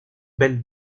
belle